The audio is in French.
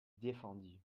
défendu